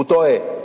הוא טועה.